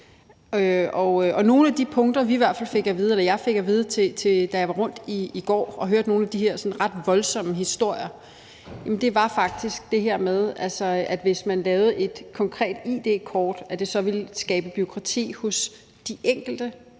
Et af de punkter, jeg fik at vide, da jeg var rundt i går og hørte nogle af de her ret voldsomme historier, var faktisk det her med, at hvis man lavede et konkret id-kort, ville det skabe bureaukrati hos de enkelte